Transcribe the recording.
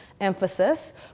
emphasis